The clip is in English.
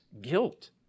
Guilt